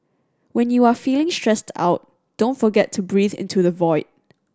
when you are feeling stressed out don't forget to breathe into the void